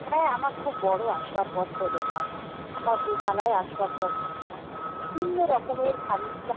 হ্যাঁ আমার খুব বড় আসবাবপত্র দোকান আমার দোতলায় আসবাবপত্র বিভিন্ন রকমের ফার্নিচার